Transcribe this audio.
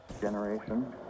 Generation